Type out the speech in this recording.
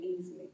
easily